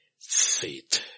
faith